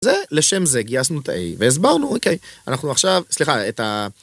זה לשם זה גייסנו את ה-A והסברנו אוקיי אנחנו עכשיו סליחה את ה...